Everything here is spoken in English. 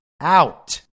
out